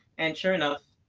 and sure enough,